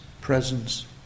presence